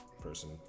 person